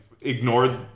ignored